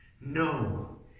no